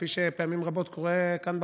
כפי שפעמים רבות קורה כאן,